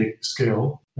scale